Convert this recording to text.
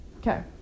Okay